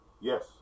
yes